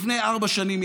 לפני ארבע שנים,